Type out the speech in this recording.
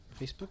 Facebook